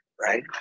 Right